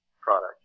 product